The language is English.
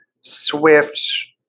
swift